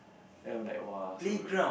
then I was like !wah! so good